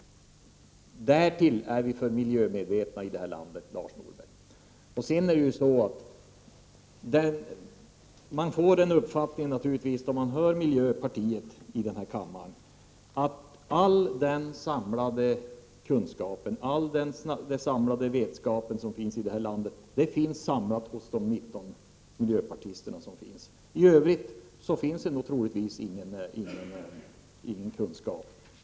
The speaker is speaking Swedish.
Därtill är vi för miljömedvetna i det här landet. När man lyssnar på miljöpartisterna här i kammaren får man uppfattningen att de anser att all den samlade kunskapen och vetenskapen i detta land finns representerad hos riksdagens 19 miljöpartister. I övrigt finns det troligtvis ingen kunskap.